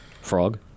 Frog